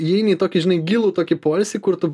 įeini į tokį žinai gilų tokį poilsį kur tu